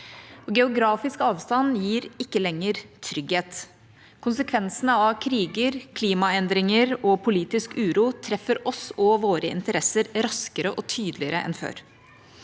Geografisk avstand gir ikke lenger trygghet. Konsekvensene av kriger, klimaendringer og politisk uro treffer oss og våre interesser raskere og tydeligere enn før.